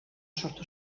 sortu